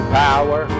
power